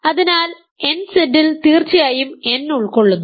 അതിനാൽ nZ ൽ തീർച്ചയായും n ഉൾക്കൊള്ളുന്നു